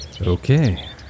Okay